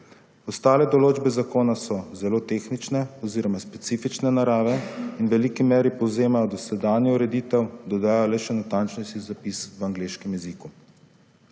Ostale določbe zakona so zelo tehnične oziroma specifične narave in v veliki meri povzemajo dosedanjo ureditev, dodajo le še natančen si zapis v angleškem jeziku.